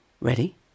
Ready